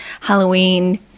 Halloween